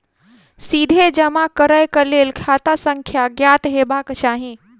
सीधे जमा करैक लेल खाता संख्या ज्ञात हेबाक चाही